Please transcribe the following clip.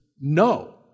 no